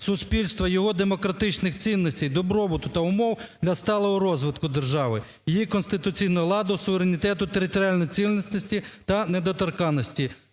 суспільства – його демократичних цінностей, добробуту та умов для сталого розвитку; держави – її конституційного ладу, суверенітету, територіальної цілісності та недоторканності;